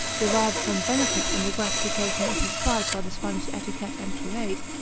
derived some benefit in the gratification of his pride by the spanish etiquette and parade,